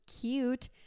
cute